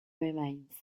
remains